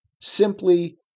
simply